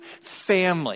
family